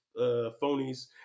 phonies